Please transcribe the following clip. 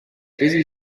busy